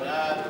להצביע.